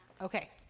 Okay